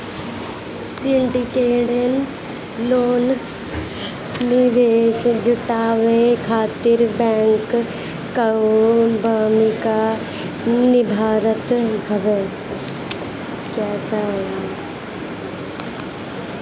syndicated loan निवेश जुटावे खातिर बैंक कअ भूमिका निभावत हवे